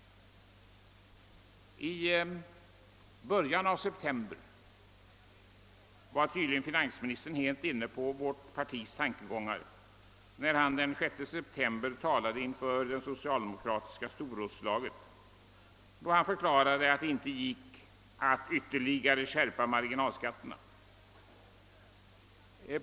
I början av september var tydligen finansministern helt inne på vårt partis tankegångar. När han den 6 september talade inför det socialdemokratiska storrådslaget förklarade han, att det inte gick att ytterligare skärpa marginalskatterna.